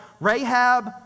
Rahab